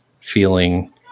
feeling